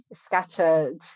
scattered